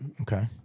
Okay